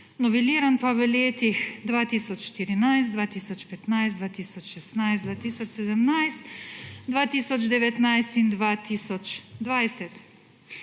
noveliran pa v letih 2014, 2015, 2016, 2017, 2019 in 2020.